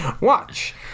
Watch